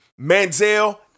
Manziel